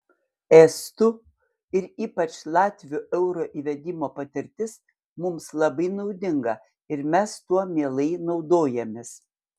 estų ir ypač latvių euro įvedimo patirtis mums labai naudinga ir mes tuo mielai naudojamės